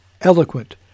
eloquent